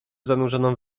zanurzoną